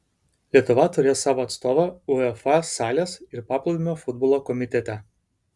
lietuva turės savo atstovą uefa salės ir paplūdimio futbolo komitete